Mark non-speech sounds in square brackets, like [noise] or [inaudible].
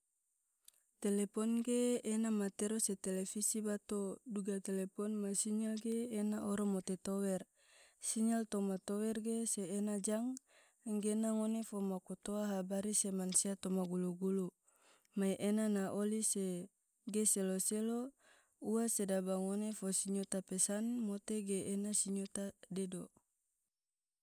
[noise] telepon ge ena matero se televise bato duga telepon ma sinyal ge ena oro mote tower, sinyal toma tower ge se ena jang enggena ngone fo maku toa habari se mansia toma gulu-gulu mai ena na oli ge selo-selo ua sedaba ngone fo sinyota pesan mote ge ena sinyota dedo. [noise]